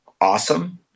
awesome